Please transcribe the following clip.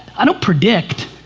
i don't predict,